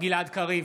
גלעד קריב,